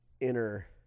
inner